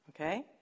Okay